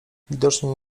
widocznie